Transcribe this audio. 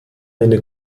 eine